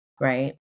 right